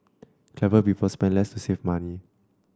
clever people spend less to save money